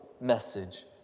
message